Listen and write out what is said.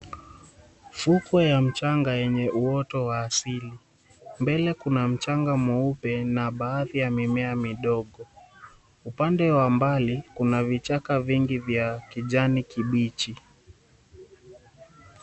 Fukwe wa mchanga yenye uoto wa asili, mbele kuna mchanga mweupe na baadhi ya mimea midogo, upande wa mbali kuna vichaka vingi vya kijani kibichi.